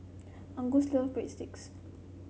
Angus love Breadsticks